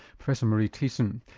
professor maree teesson.